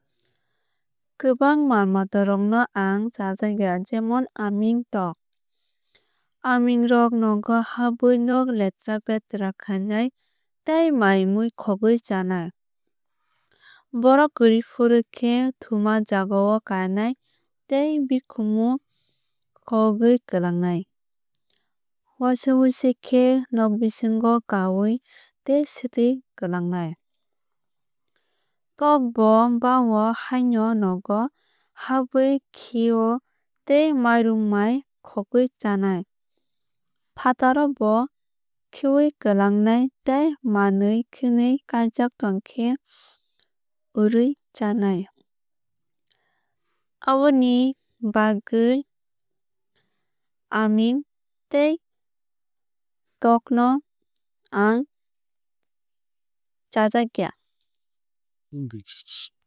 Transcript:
Kwbang mal mata rok no ang chajakya jemon aming tok. Aming rok nogo habwui nog letra petra khainai tei mai mui khogwui chanai. Borok kwrwuifru khe thuma jagao kanai tei bikumu kogrwui klangnai. Waisa wuisu khe nog bisingo khiui tei swtui klangnai. Tok bo bao haino nogo habwui khinai tei mairum mai khogwui chana. Fataro bo khiui klangnai tei manwui khwnui kaijak tongkhe urwui chanai. Aboni bagwui aming tei tok no ang chajakya.